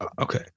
okay